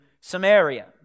Samaria